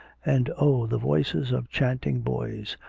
and oh! the voices of chanting boys,